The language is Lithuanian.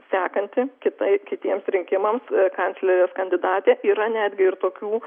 sekanti kitai kitiems rinkimams kanclerės kandidatė yra netgi ir tokių